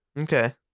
Okay